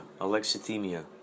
alexithymia